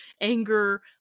anger